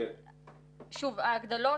שוב, ההגדלות,